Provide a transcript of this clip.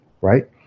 right